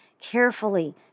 Carefully